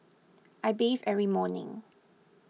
I bathe every morning